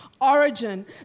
origin